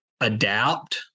adapt